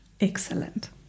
Excellent